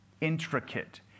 intricate